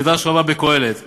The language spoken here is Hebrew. במדרש קהלת רבה: